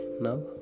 now